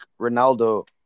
Ronaldo